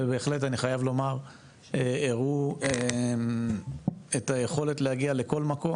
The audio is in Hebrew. ובהחלט אני חייב לומר הראו את היכולת להגיע לכל מקום.